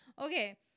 Okay